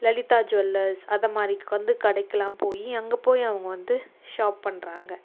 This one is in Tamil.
லலிதா ஜுவல்லர்ஸ் அது மாதிரி வந்து கடைக்கெல்லாம் போய் அங்க போய் அவங்க வந்து ஷாப் பண்ணுறாங்க